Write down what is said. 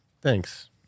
Thanks